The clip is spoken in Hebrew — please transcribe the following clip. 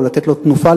או לתת לו תנופה,